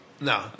no